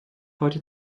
heute